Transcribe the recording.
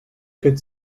could